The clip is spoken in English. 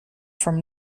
from